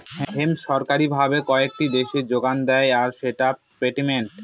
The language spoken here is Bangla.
হেম্প সরকারি ভাবে কয়েকটি দেশে যোগান দেয় আর সেটা পেটেন্টেড